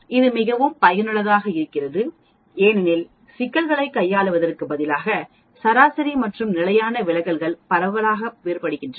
இது மிகவும் பயனுள்ளதாக இருக்கிறது ஏனெனில் சிக்கல்களைக் கையாளுவதற்குப் பதிலாக சராசரி மற்றும் நிலையான விலகல்கள் பரவலாக வேறுபடுகின்றன